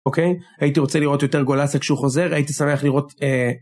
אוקיי הייתי רוצה לראות יותר גולסק שהוא חוזר הייתי שמח לראות.